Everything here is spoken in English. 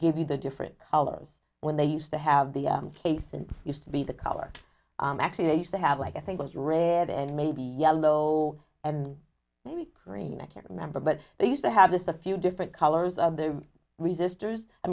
give you the different colors when they used to have the case and used to be the color actually used to have like i think was red and maybe yellow and maybe cream i can't remember but they used to have just a few different colors of the